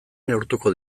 neurtuko